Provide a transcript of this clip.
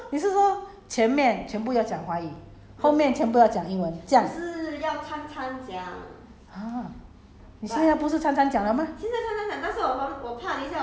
你怎么样 calculate 是 ah thirty minute thirty minute 你是说你是说前面全部要讲华语后面全部要讲英文这样 !huh!